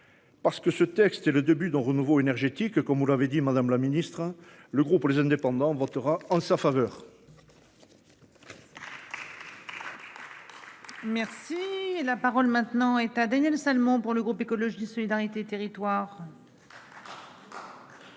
Parce que ce texte est le début d'un renouveau énergétique comme vous l'avez dit, madame la Ministre. Le groupe les indépendants votera en sa faveur. Merci la parole maintenant état Daniel Salmon pour le groupe écologiste solidarité et territoires.